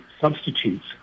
substitutes